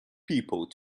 people